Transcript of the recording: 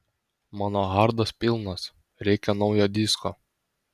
mano hardas pilnas reikia naujo disko